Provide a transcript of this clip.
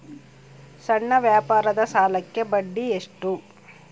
ಸಣ್ಣ ವ್ಯಾಪಾರದ ಸಾಲಕ್ಕೆ ಬಡ್ಡಿ ಎಷ್ಟು?